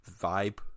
vibe